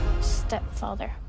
Stepfather